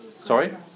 Sorry